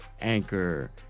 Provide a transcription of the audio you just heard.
Anchor